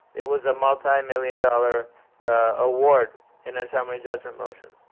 it was a multi million dollar award in a summary judgment motion.